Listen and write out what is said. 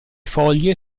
foglie